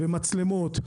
ומצלמות,